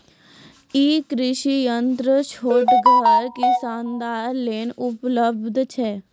ई कृषि यंत्र छोटगर किसानक लेल उपलव्ध छै?